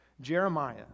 Jeremiah